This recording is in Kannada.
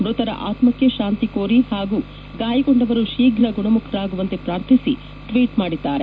ಮೃತರ ಆತ್ಮಕ್ಕೆ ಶಾಂತಿ ಕೋರಿ ಹಾಗೂ ಗಾಯಗೊಂಡವರು ಶೀಘ ಗುಣಮುಖರಾಗುವಂತೆ ಪ್ರಾರ್ಥಿಸಿ ಟ್ವೀಟ್ ಮಾಡಿದ್ದಾರೆ